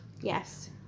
Yes